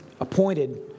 appointed